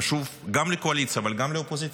חשוב גם לקואליציה, אבל גם לאופוזיציה.